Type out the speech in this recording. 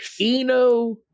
Eno